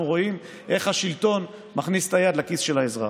רואים איך השלטון מכניס את היד לכיס של האזרח.